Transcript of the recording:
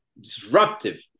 disruptive